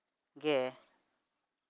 ᱜᱮ